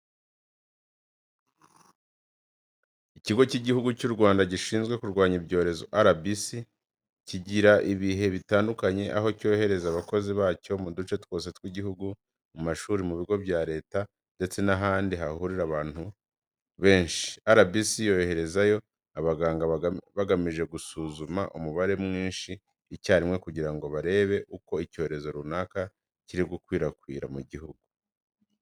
Ikigo cy'igihugu cyu Rwanda gishinzwe kurwanya ibyorezo RBC, kigira ibihe bitandukanye aho cyohereza abakozi bacyo muduce twose tw'igihugu, mu mashuri, mu bigo bya leta, ndetse nahandi hahurira abantu abantu benshi, RBC yoherezayo abaganga bagamije gusuzuma umubare mwinshi icyarimwe kugira ngo barebe uko icyorezo runaka kiri gukwirakwira mu gihugu.